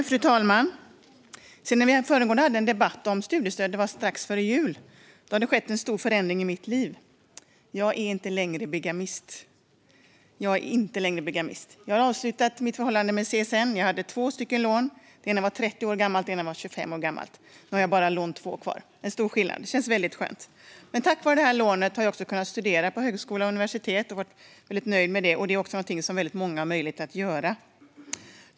Fru talman! Sedan vi senast hade en debatt om studiestöd - det var strax före jul - har det skett en stor förändring i mitt liv: Jag är inte längre bigamist. Jag har avslutat mitt förhållande med CSN. Jag hade två lån - det ena var 30 år gammalt, och det andra var 25 år gammalt. Nu har jag bara det andra lånet kvar. Det känns väldigt skönt. Tack vare lånet har jag kunnat studera på högskola och universitet. Jag har varit väldigt nöjd med det. Det är också något som väldigt många har möjlighet att göra.